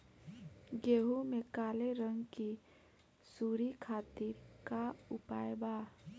गेहूँ में काले रंग की सूड़ी खातिर का उपाय बा?